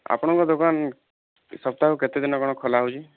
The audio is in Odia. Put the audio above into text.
ଆପଣଙ୍କ ଦୋକାନ ସପ୍ତାହ କେତେ ଦିନ କ'ଣ ଖୋଲାହେଉଛି